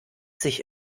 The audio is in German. sich